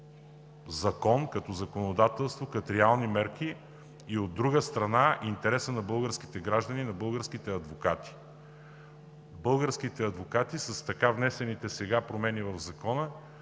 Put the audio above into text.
като законодателство, като реални мерки и, от друга страна, интересът на българските граждани и на българските адвокати. Българските адвокати с така внесените сега промени в закона